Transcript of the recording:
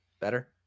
better